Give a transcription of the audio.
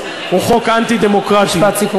לסיום,